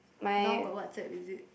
now got WhatsApp is it